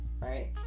right